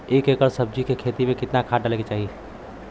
एक एकड़ सब्जी के खेती में कितना खाद डाले के चाही?